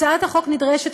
הצעת החוק נדרשת,